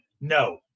no